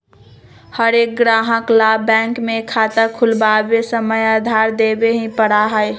हर एक ग्राहक ला बैंक में खाता खुलवावे समय आधार देवे ही पड़ा हई